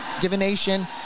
Divination